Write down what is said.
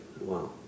Wow